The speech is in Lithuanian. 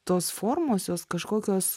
tos formos jos kažkokios